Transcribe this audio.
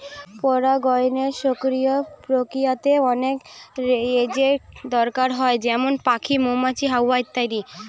পরাগায়নের সক্রিয় প্রক্রিয়াতে অনেক এজেন্ট দরকার হয় যেমন পাখি, মৌমাছি, হাওয়া ইত্যাদি